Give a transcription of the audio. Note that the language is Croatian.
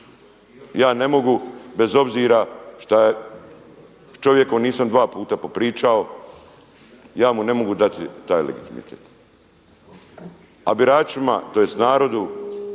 Ja ne mogu bez obzira šta s čovjekom nisam dva puta popričao, ja mu ne mogu dati taj legitimitet. A biračima, tj. narodu